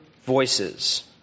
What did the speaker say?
voices